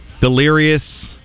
delirious